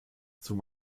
zum